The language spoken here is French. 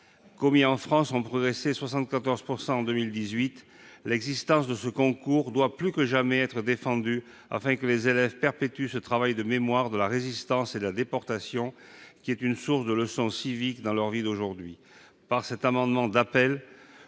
commis en France ont progressé de 74 % en 2018, l'existence de ce concours doit plus que jamais être défendue, afin que les élèves perpétuent ce travail de mémoire de la Résistance et de la Déportation, source de leçons civiques dans leur vie d'aujourd'hui. Par cet amendement d'appel,